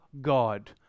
God